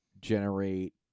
generate